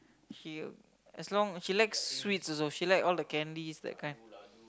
she as long she likes sweets also she like all the candies that kind